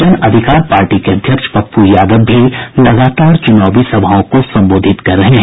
जन अधिकार पार्टी के अध्यक्ष पप्पू यादव भी लगातार चुनावी सभाओं को संबोधित कर रहे हैं